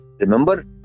remember